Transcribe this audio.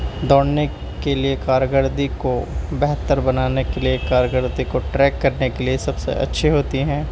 دوڑنے کے لیے کارگردی کو بہتر بنانے کے لیے کارگردی کو ٹریک کرنے کے لیے سب سے اچھی ہوتی ہیں